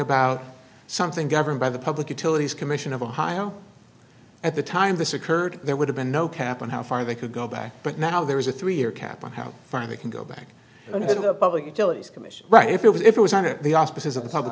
about something governed by the public utilities commission of ohio at the time this occurred there would have been no cap on how far they could go back but now there is a three year cap on how far they can go back to the public utilities commission right if it was if it was under the auspices of the public